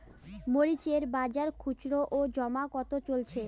মরিচ এর বাজার খুচরো ও জমা কত চলছে?